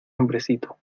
hombrecito